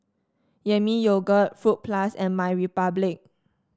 Yami Yogurt Fruit Plus and MyRepublic